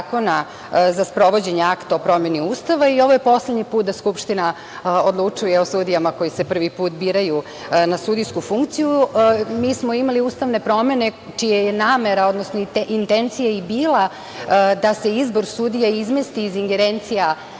za sprovođenje Akta o promeni Ustava i ovo je poslednji put da Skupština odlučuje o sudijama koji se prvi put biraju na sudijsku funkciju. Mi smo imali ustavne promene čija je namera, odnosno intencija, i bila da se izbor sudija izmesti iz ingerencija